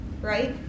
Right